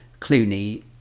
Clooney